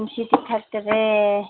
ꯀꯨꯝꯁꯤꯗꯤ ꯊꯛꯇꯔꯦ